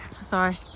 Sorry